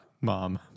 Mom